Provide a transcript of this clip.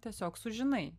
tiesiog sužinai